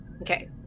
Okay